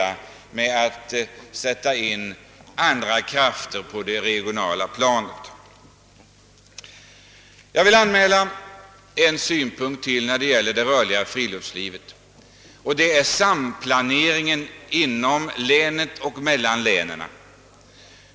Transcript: Med dessa ord ber jag hela med att sätta in andra krafter främst på regionala planet. Jag vill anmäla en synpunkt på det rörliga friluftslivet, nämligen samplaneringen inom länet och mellan länen.